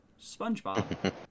SpongeBob